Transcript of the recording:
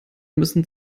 müssen